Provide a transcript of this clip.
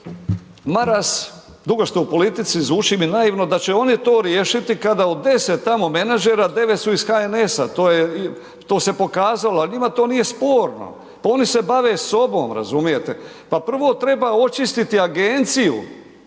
Maras, dugo ste u politici zvuči mi naivno da će oni to riješiti kada od 10 tamo menadžera 9 su iz HNS-a, to se pokazalo, al njima to nije sporno. Pa oni se bave sobom, razumijete. Pa prvo treba očistiti agenciju